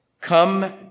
come